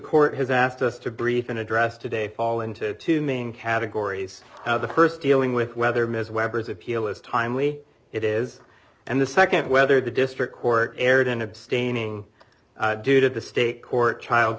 court has asked us to brief and address today fall into two main categories of the st dealing with whether ms weber's appeal is timely it is and the nd whether the district court erred in abstaining due to the state court child